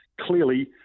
clearly